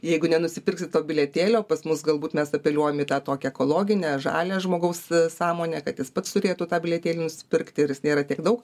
jeigu nenusipirksi to bilietėlio pas mus galbūt mes apeliuojam į tą tokią ekologinę žalią žmogaus sąmonę kad jis pats turėtų tą bilietėlį nusipirkti ir jis nėra tiek daug